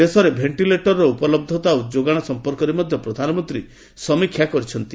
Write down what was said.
ଦେଶରେ ଭେଷ୍ଟିଲେଟରର ଉପଲହ୍ଧତା ଓ ଯୋଗାଣ ସମ୍ପର୍କରେ ମଧ୍ୟ ପ୍ରଧାନମନ୍ତ୍ରୀ ସମୀକ୍ଷା କରିଛନ୍ତି